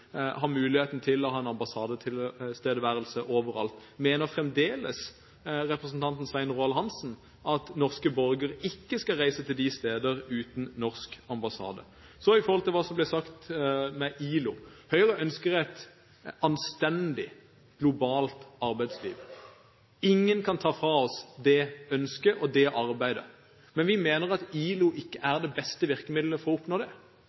ha mulighet til å ha en ambassadetilstedeværelse overalt. Mener representanten Svein Roald Hansen fremdeles at norske borgere ikke skal reise til steder uten norsk ambassade? Så til hva som ble sagt om ILO. Høyre ønsker et anstendig globalt arbeidsliv. Ingen kan ta fra oss det ønsket og arbeidet for det, men vi mener at ILO ikke er det beste virkemidlet for å oppnå det. Det